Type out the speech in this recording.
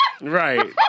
Right